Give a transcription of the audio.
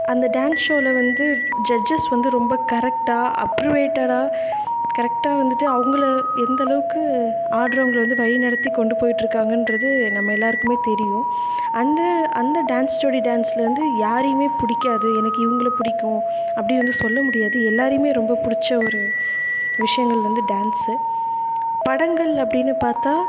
அந்த டான்ஸ் ஷோவில் வந்து ஜட்ஜெஸ் வந்து ரொம்ப கரெக்டாக அப்ரூவேட்டடாக கரெக்டாக வந்துட்டு அவங்கள எந்தளவுக்கு ஆடுறவங்கள வந்து வழி நடத்தி கொண்டு போயிட்டிருக்காங்கன்றது நம்ம எல்லோருக்குமே தெரியும் அந்த அந்த டான்ஸ் ஷோ டான்ஸ்லேருந்து யாரையுமே பிடிக்காது எனக்கு இவங்கள பிடிக்கும் அப்படின்னு வந்து சொல்ல முடியாது எல்லாரையுமே ரொம்ப பிடிச்ச ஒரு விஷயங்கள் வந்து டான்ஸு படங்கள் அப்படின்னு பார்த்தா